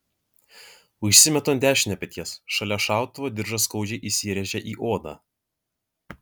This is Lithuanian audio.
užsimetu ant dešinio peties šalia šautuvo diržas skaudžiai įsirėžia į odą